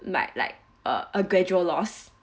like like a a gradual loss